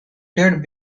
played